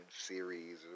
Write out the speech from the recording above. series